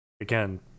again